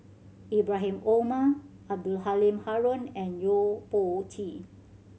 Ibrahim Omar Abdul Halim Haron and Yo Po Tee